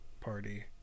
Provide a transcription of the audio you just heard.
party